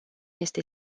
este